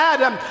Adam